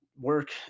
Work